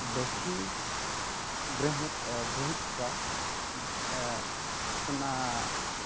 दधि गृह्ण् गृहीत्वा स्नातु